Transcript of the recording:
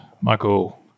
Michael